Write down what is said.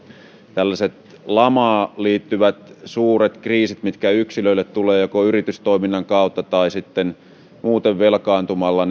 tällaiset lamaan liittyvät suuret kriisithän mitkä yksilöille tulevat joko yritystoiminnan kautta tai sitten muuten velkaantumalla